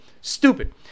stupid